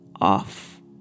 off